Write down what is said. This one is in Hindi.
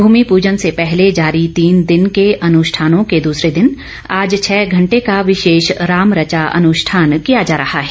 भूमि पूजन से पहले जारी तीन दिन के अनुष्ठानों के दूसरे दिन आज छह घंटे का विशेष राम रचा अनुष्ठान किया जा रहा है